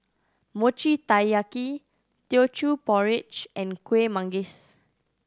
Mochi Taiyaki Teochew Porridge and Kuih Manggis